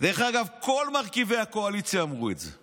דרך אגב, כל מרכיבי הקואליציה אמרו את זה.